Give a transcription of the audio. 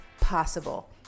possible